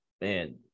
Man